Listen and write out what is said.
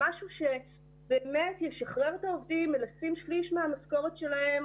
למשהו שבאמת ישחרר את העובדים מלשים שליש מהמשכורת שלהם